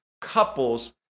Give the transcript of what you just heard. couples